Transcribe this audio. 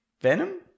Venom